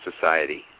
Society